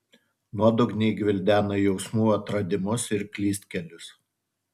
nuodugniai gvildena jausmų atradimus ir klystkelius